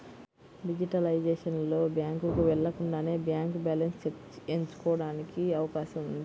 digitalisation లో, బ్యాంకుకు వెళ్లకుండానే బ్యాంక్ బ్యాలెన్స్ చెక్ ఎంచుకోవడానికి అవకాశం ఉంది